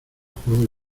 juego